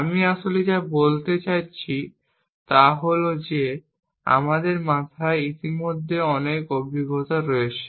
আমি আসলে যা বলতে চাইছি তা হল যে আমাদের মাথায় ইতিমধ্যে অনেক অভিজ্ঞতা রয়েছে